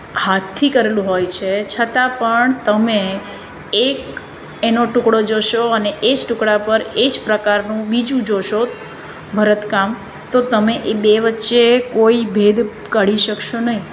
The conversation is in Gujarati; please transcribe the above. હાથથી કરેલું હોય છે છતાં પણ તમે એક એનો ટુકડો જોશો અને એ જ ટુકળા પર એ જ પ્રકારનું બીજું જોશો ભરતકામ તો તમે એ બે વચ્ચે કોઈ ભેદ કાઢી શકસો નહીં